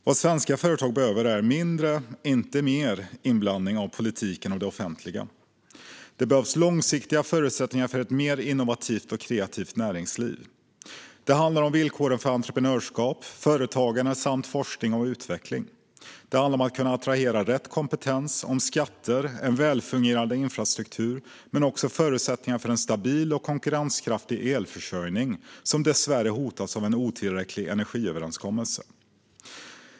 Vad svenska företag behöver är mindre, inte mer, inblandning av politiken och det offentliga. Det behövs långsiktiga förutsättningar för ett mer innovativt och kreativt näringsliv. Det handlar om villkoren för entreprenörskap, företagande samt forskning och utveckling. Det handlar om att kunna attrahera rätt kompetens, om skatter och en väl fungerande infrastruktur, men det handlar också om förutsättningarna för en stabil och konkurrenskraftig elförsörjning, något som dessvärre hotas av en otillräcklig energiöverenskommelse.